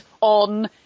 on